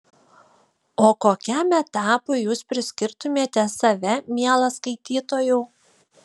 o kokiam etapui jūs priskirtumėte save mielas skaitytojau